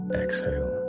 exhale